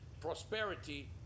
prosperity